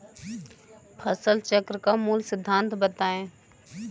फसल चक्र का मूल सिद्धांत बताएँ?